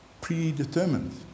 predetermined